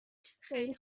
خیلی